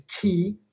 key